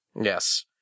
Yes